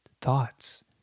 thoughts